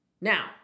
Now